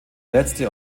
letzte